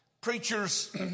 preachers